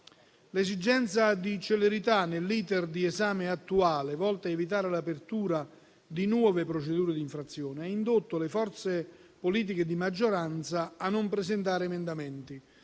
L'esigenza di celerità nell'*iter* di esame attuale, volto ad evitare l'apertura di nuove procedure di infrazione, ha indotto le forze politiche di maggioranza a non presentare emendamenti,